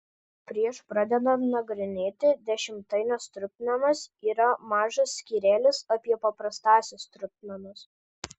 prieš pradedant nagrinėti dešimtaines trupmenas yra mažas skyrelis apie paprastąsias trupmenas